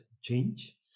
change